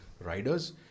riders